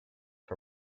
for